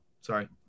Sorry